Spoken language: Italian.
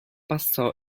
passò